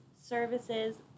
services